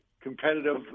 competitive